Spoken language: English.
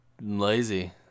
lazy